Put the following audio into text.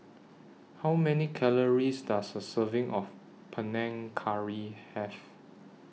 How Many Calories Does A Serving of Panang Curry Have